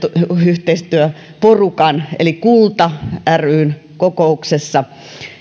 yhteistyöporukan eli kulta ryn kokouksessa